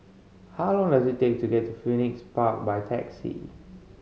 how long does it take to get to Phoenix Park by taxi